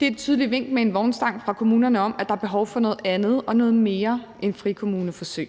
Det er et tydeligt vink med en vognstang fra kommunerne om, at der er behov for noget andet og noget mere end frikommuneforsøg.